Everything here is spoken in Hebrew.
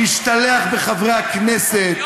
משתלח בחברי הכנסת,